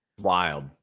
Wild